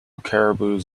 caribous